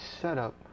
setup